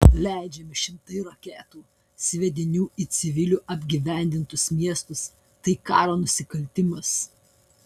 leidžiami šimtai reketų sviedinių į civilių apgyvendintus miestus tai karo nusikaltimas